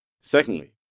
secondly